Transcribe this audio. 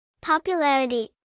Popularity